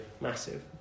massive